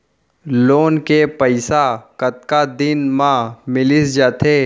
Loan के पइसा कतका दिन मा मिलिस जाथे?